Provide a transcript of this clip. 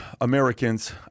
Americans